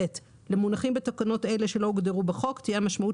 למונחים בתקנות אלה שלא הוגדרו בחוק תהיה המשמעות